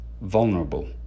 vulnerable